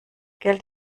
geld